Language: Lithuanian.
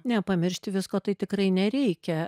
ne pamiršti visko tai tikrai nereikia